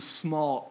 small